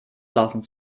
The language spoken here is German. laufen